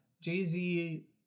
Jay-Z